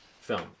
film